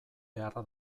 beharra